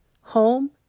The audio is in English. home